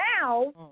now